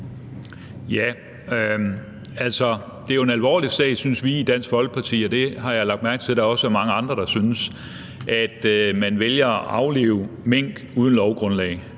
Det er jo en alvorlig sag, synes vi i Dansk Folkeparti, og det har jeg lagt mærke til at der også er mange andre der synes, at man vælger at aflive mink – altså